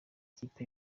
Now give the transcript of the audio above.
ikipe